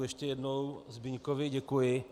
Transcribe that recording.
Ještě jednou Zbyňkovi děkuji.